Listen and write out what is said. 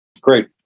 Great